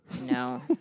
No